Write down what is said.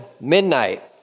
midnight